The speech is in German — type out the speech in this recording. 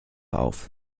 auf